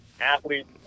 athletes